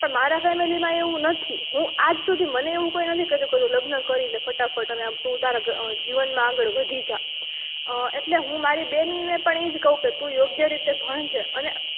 મારા ફેમિલીમાં એવું નથી હું આજ સુધી મને એવું કોઈ નથી કહ્યું કે તું લગ્ન કરી લે ફટાફટ અને તું તારા જીવનમાં આગળ વધી જા એટલે હું મારી બહેનને પણ એ જ કહું કે તું યોગ્ય રીતે ભણજે અને